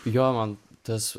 jo man tas